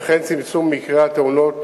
וכן צמצום מקרי התאונות